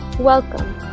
Welcome